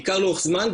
בעיקר לאורך זמן,